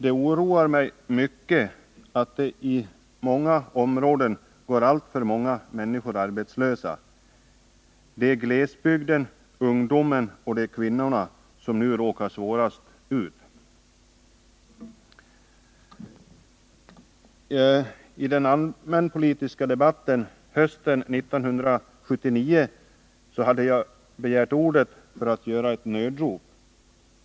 Det oroar mig mycket att det i många områden går alltför många människor arbetslösa — det är glesbygden, ungdomen och kvinnorna som nu råkar värst ut. I den allmänpolitiska debatten hösten 1979 hade jag begärt ordet för att göra ett nödrop.